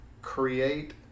create